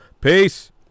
Peace